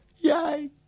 Yay